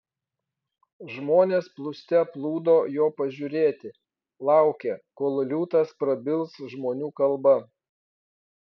žmonės plūste plūdo jo pažiūrėti laukė kol liūtas prabils žmonių kalba